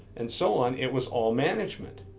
and so on, it was all management.